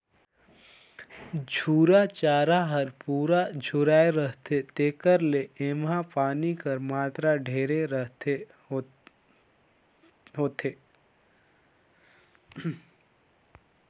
झूरा चारा हर पूरा झुराए रहथे तेकर ले एम्हां पानी कर मातरा ढेरे थोरहें होथे